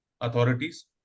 authorities